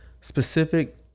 specific